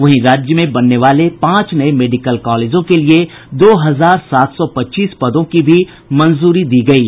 वहीं राज्य में बनने वाले पांच नये मेडिकल कॉलेजों के लिये दो हजार सात सौ पच्चीस पदों की भी मंजूरी दी गयी